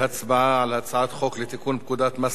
להצבעה על הצעת חוק לתיקון פקודת מס